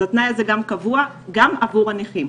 אז התנאי הזה גם קבוע, גם עבור הנכים.